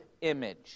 image